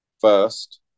first